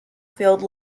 field